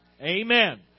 amen